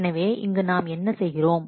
எனவே இங்கு நாம் என்ன செய்கிறோம்